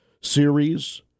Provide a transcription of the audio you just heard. Series